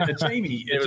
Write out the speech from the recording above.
Jamie